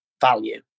value